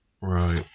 Right